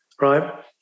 right